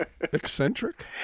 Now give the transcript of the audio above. Eccentric